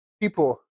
people